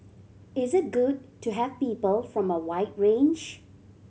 is it good to have people from a wide range